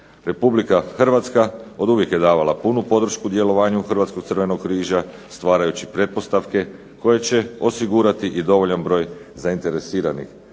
Republika Hrvatska od uvijek je davala punu podršku djelovanju Hrvatskog crvenog križa stvarajući pretpostavke koje će osigurati dovoljan broj zainteresiranih